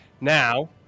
Now